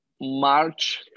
March